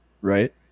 right